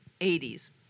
80s